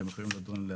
אתם יכולים לשאול מה